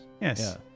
Yes